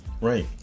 right